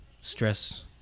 stress